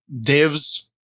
divs